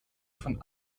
von